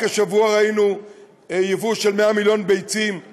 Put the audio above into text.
רק השבוע ראינו יבוא של 100 מיליון ביצים,